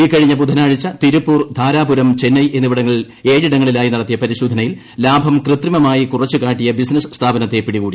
ഇക്കഴിഞ്ഞ ബുധനാഴ്ച തിരുപ്പൂർ ്ധാരാപുരം ചെന്നൈ എന്നിവിടങ്ങളിൽ എട്ടിടങ്ങളിലായി നടത്തിയ പരിശോധനയിൽ ലാഭം കൃത്രിമമായി കുറച്ച് കാട്ടിയ ബിസിനസ് സ്ഥാപനത്തെ പിടികൂടി